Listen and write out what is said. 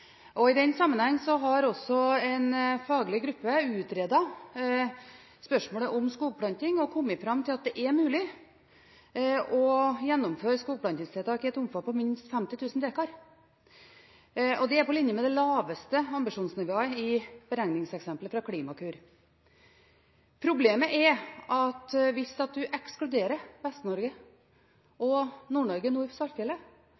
og skogplanting. I den sammenheng har også en faglig gruppe utredet spørsmålet om skogplanting og kommet fram til at det er mulig å gjennomføre skogplantingstiltak i et omfang på minst 50 000 dekar, og det er på linje med det laveste ambisjonsnivået i beregningseksemplet fra Klimakur 2020. Problemet er at hvis man ekskluderer Vestlandet og Nord-Norge nord for Saltfjellet